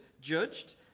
judged